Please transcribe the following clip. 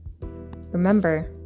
remember